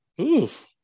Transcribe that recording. Oof